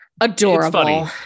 Adorable